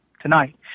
tonight